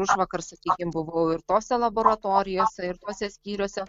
užvakar sakykim buvau ir tose laboratorijose ir tuose skyriuose